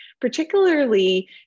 particularly